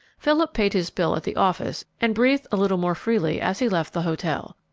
philip paid his bill at the office and breathed a little more freely as he left the hotel.